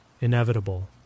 inevitable